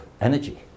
energy